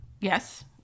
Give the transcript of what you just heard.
Yes